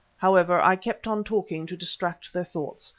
however, i kept on talking to distract their thoughts,